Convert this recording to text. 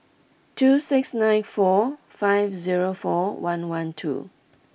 two six nine four five zero four one one two